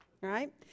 right